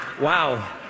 Wow